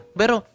pero